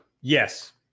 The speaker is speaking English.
yes